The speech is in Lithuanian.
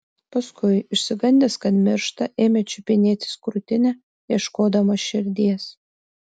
paskui išsigandęs kad miršta ėmė čiupinėtis krūtinę ieškodamas širdies